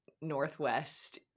Northwest